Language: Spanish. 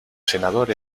senador